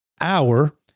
hour